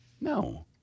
No